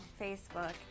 Facebook